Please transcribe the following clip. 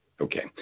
Okay